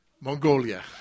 Mongolia